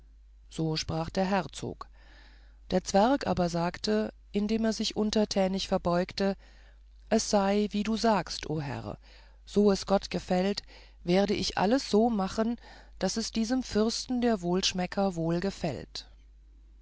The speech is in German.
so sprach der herzog der zwerg aber sagte indem er sich anständig verbeugte es sei wie du sagst o herr so es gott gefällt werde ich alles so machen daß es diesem fürsten der gutschmecker wohlgefällt